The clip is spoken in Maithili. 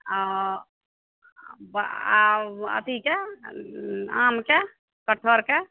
ओ आ अथीके आमके कटहरके